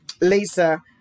Lisa